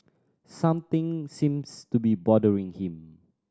something seems to be bothering him